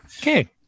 Okay